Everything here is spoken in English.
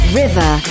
river